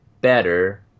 better